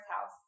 house